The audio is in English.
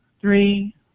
three